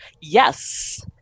Yes